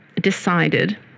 decided